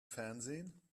fernsehen